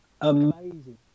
amazing